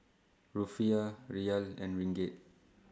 Rufiyaa Riyal and Ringgit